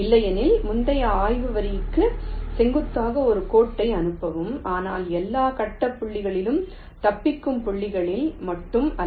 இல்லையெனில் முந்தைய ஆய்வு வரிக்கு செங்குத்தாக ஒரு கோட்டை அனுப்பவும் ஆனால் எல்லா கட்ட புள்ளிகளிலும் தப்பிக்கும் புள்ளிகளில் மட்டும் அல்ல